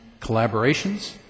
collaborations